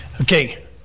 Okay